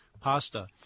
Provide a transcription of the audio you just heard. pasta